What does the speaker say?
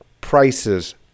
prices